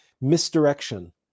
misdirection